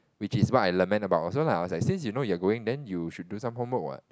which is what I lament about also lah I was like since you know you're going then you should do some homework what